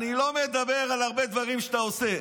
אני לא מדבר על הרבה דברים שאתה עושה.